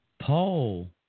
Paul